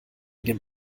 dem